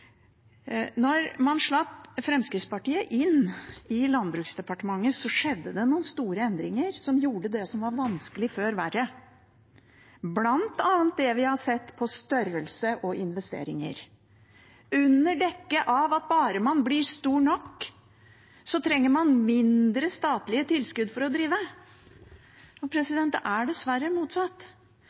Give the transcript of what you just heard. man slapp Fremskrittspartiet inn i Landbruksdepartementet, skjedde det noen store endringer som gjorde det som var vanskelig før, verre, bl.a. det vi har sett når det gjelder størrelse og investeringer – under dekke av at bare man blir stor nok, trenger man mindre statlige tilskudd for å drive. Det er dessverre motsatt,